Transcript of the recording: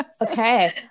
Okay